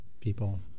people